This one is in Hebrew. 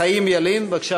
חיים ילין, בבקשה.